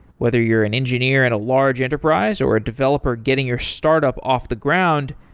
whether you're an engineer at a large enterprise, or a developer getting your startup off the ground,